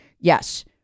yes